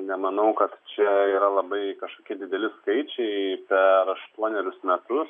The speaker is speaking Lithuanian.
nemanau kad čia yra labai kažkokie dideli skaičiai per aštuonerius metus